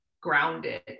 grounded